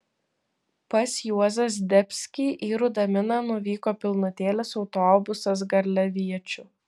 pas juozą zdebskį į rudaminą nuvyko pilnutėlis autobusas garliaviečių